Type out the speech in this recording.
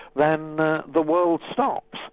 then the world stops,